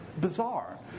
Bizarre